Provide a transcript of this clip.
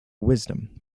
wisdom